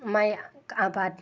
माइ आबाद